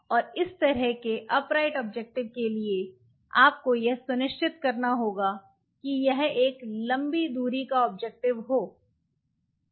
और इस तरह के अपराइट ऑब्जेक्टिव के लिए आपको यह सुनिश्चित करना होगा कि यह एक लंबी दूरी का ऑब्जेक्टिव हो इसका क्या मतलब है